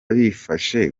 bifashe